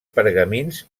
pergamins